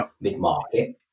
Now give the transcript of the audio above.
mid-market